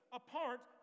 apart